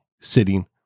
sitting